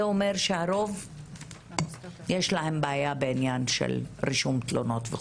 זה אומר שלרוב יש בעיה של רישום תלונות.